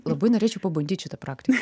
labai norėčiau pabandyt šitą prakti